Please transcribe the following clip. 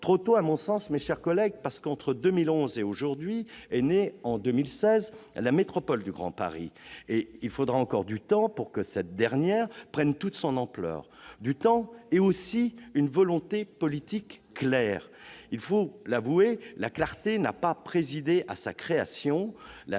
trop tôt ... Trop tôt, mes chers collègues, parce qu'entre 2011 et aujourd'hui, est née, en 2016, la métropole du Grand Paris. Il faudra encore du temps pour que cette dernière prenne toute son ampleur. Du temps, et aussi une volonté politique claire. Il faut l'avouer, la clarté n'a pas présidé à sa création, la loi